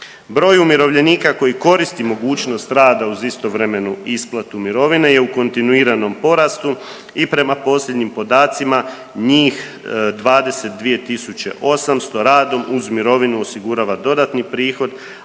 Broj umirovljenika koji koristi mogućnost rada uz istovremenu isplatu mirovine je u kontinuiranom porastu i prema posljednjim podacima njih 22.800 radom uz mirovinu osigurava dodatni prihod,